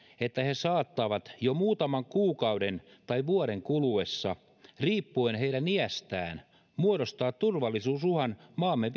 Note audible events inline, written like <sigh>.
että he saattavat <unintelligible> jo muutaman kuukauden tai vuoden kuluessa riippuen heidän iästään muodostaa turvallisuusuhan maamme <unintelligible>